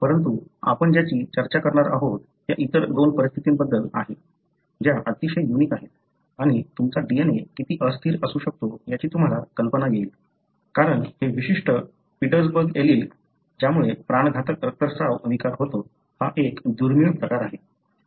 परंतु आपण ज्याची चर्चा करणार आहोत त्या इतर दोन परिस्थितींबद्दल आहे ज्या अतिशय युनिक आहेत आणि तुमचा DNA किती अस्थिर असू शकतो याची तुम्हाला कल्पना देईल कारण हे विशिष्ट पिट्सबर्ग एलील ज्यामुळे प्राणघातक रक्तस्त्राव विकार होतो हा एक दुर्मिळ प्रकार आहे